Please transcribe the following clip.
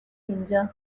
اینجا